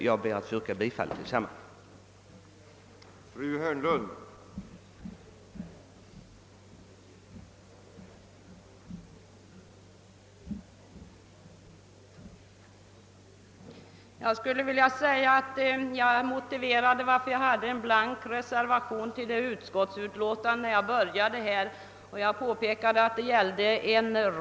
Jag ber att få yrka bifall till utskottets hemställan.